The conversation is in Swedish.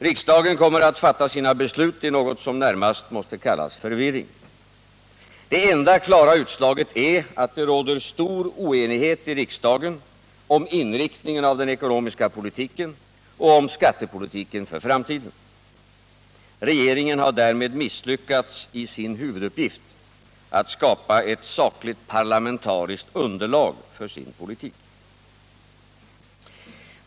Riksdagen kommer att fatta sina beslut i något som närmast måste kallas förvirring. Det enda klara utslaget är att det råder stor oenighet i riksdagen om inriktningen av den ekonomiska politiken och om skattepolitiken för framtiden. Regeringen har därmed misslyckats i sin huvuduppgift —-att skapa ett sakligt parlamentariskt underlag för sin politik.